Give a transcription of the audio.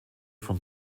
von